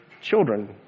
children